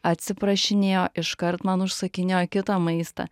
atsiprašinėjo iškart man užsakinėjo kitą maistą